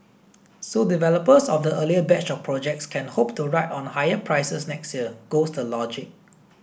so developers of the earlier batch of projects can hope to ride on higher prices next year goes the logic